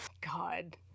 God